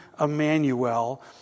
Emmanuel